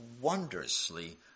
wondrously